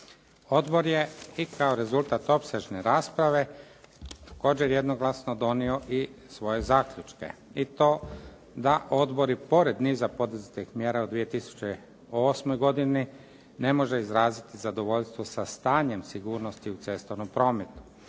Odbor je i kao rezultat opsežne rasprave također jednoglasno donio i svoje zaključke i to da odbori pored niza poduzetih mjera u 2008. godini ne može izraziti zadovoljstvo sa stanjem sigurnosti u cestovnom prometu.